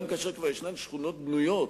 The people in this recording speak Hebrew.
גם כאשר כבר יש שכונות בנויות,